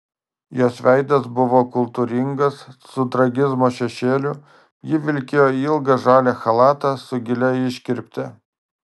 jos veidas buvo kultūringas su tragizmo šešėliu ji vilkėjo ilgą žalią chalatą su gilia iškirpte